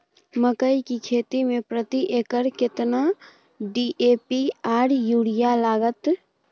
मकई की खेती में प्रति एकर केतना डी.ए.पी आर यूरिया लागत?